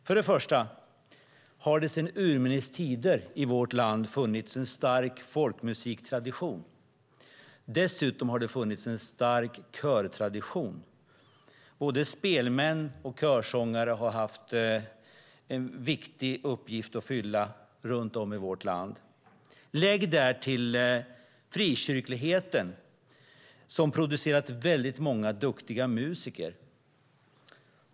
För det första har det sedan urminnes tider i vårt land funnits en stark folkmusiktradition. Dessutom har det funnits en stark körtradition. Både spelmän och körsångare har haft en viktig uppgift att fylla runt om i vårt land. Lägg därtill frikyrkligheten som producerat väldigt många duktiga musiker.